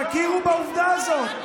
תכירו בעובדה הזאת.